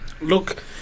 Look